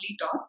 talk